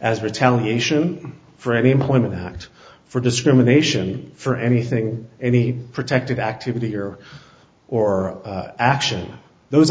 as retaliation for any employment act for discrimination for anything any protected activity or or action those